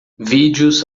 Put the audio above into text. vídeos